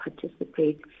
participate